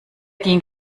ging